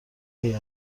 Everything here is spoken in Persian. هیات